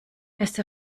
erste